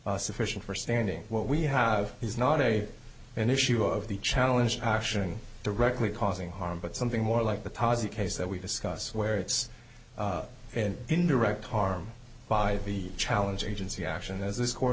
harm sufficient for standing what we have he's not a an issue of the challenge actually directly causing harm but something more like the tozzi case that we discussed where it's an indirect harm by the challenge agency action as this court